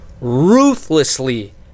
ruthlessly